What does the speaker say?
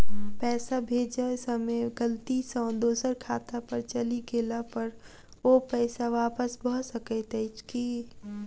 पैसा भेजय समय गलती सँ दोसर खाता पर चलि गेला पर ओ पैसा वापस भऽ सकैत अछि की?